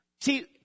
See